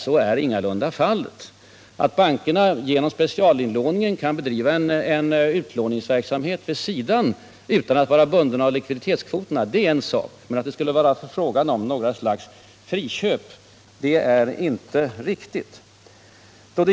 Så är ingalunda fallet. Att bankerna genom specialinlåningen kan bedriva utlåningsverksamhet vid sidan av likviditetskvoterna — det är en sak. Men att det skulle vara fråga om något slags friköp är inte riktigt.